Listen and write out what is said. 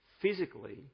physically